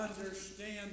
Understand